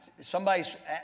somebody's